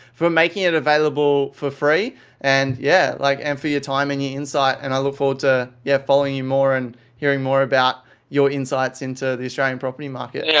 for making it available for free and yeah like and for your time and for your insight. and i look forward to yeah following you more and hearing more about your insights into the australian property market. yeah